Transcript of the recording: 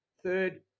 third